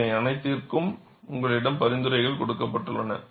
இவை அனைத்திற்கும் உங்களிடம் பரிந்துரைகள் கொடுக்கப்பட்டுள்ளன